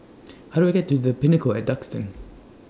How Do I get to The Pinnacle At Duxton